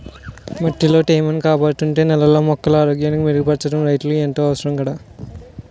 మట్టిలో తేమను కాపాడుతూ, నేలలో మొక్కల ఆరోగ్యాన్ని మెరుగుపరచడం రైతులకు ఎంతో అవసరం కదా